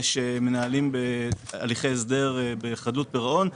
יש מנהלים בהליכי הסדר בחדלות פירעון,